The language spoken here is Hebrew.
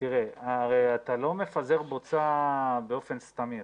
אתה לא מפזר בוצה באופן סתמי.